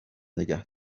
نگه